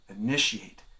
initiate